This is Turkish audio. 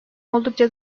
oldukça